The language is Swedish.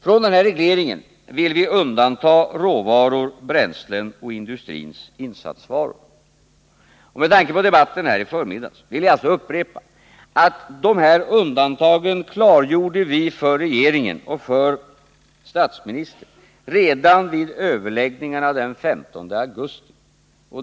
Från den här regleringen vill vi undanta råvaror, bränslen och industrins insatsvaror. Med tanke på debatten här i förmiddags vill jag upprepa att vi angav de här undantagen för regeringen och för statsministern redan vid överläggningarna den 15 augusti.